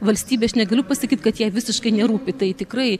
valstybė aš negaliu pasakyt kad jai visiškai nerūpi tai tikrai